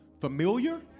familiar